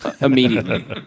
immediately